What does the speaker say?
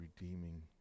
redeeming